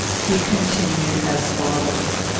he continued as follows.